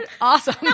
awesome